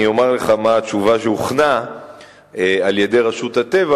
אני אומר לך מה התשובה שהוכנה על-ידי רשות הטבע